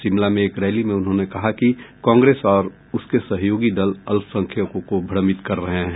शिमला में एक रैली में उन्होंने कहा कि कांग्रेस और उसके सहयोगी दल अल्पसंख्यकों को भ्रमित कर रहे हैं